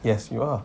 yes you are